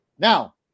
Now